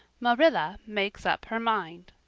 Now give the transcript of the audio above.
marilla makes up her mind